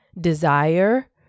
desire